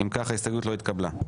אם כך ההסתייגות לא התקבלה.